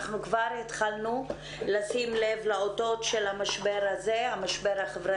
אנחנו כבר התחלנו לשים לב לאותות של המשבר החברתי.